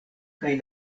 kaj